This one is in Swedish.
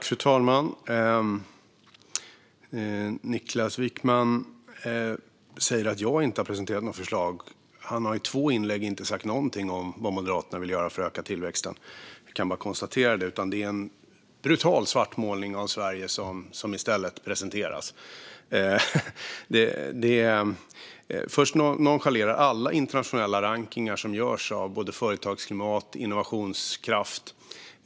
Fru talman! Niklas Wykman säger att jag inte har presenterat några förslag. Men han har i två inlägg inte sagt någonting om vad Moderaterna vill göra för att öka tillväxten. Jag kan bara konstatera det. I stället är det en brutal svartmålning av Sverige som presenteras. Niklas Wykman nonchalerar alla internationella rankningar som görs av företagsklimat och innovationskraft.